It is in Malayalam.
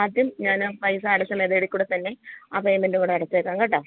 ആദ്യം ഞാൻ ആപൈസ അടച്ച മെതേഡിൽ കൂടെ തന്നെ ആ പേമെൻറും കൂടെ അടച്ചേക്കാം കേട്ടോ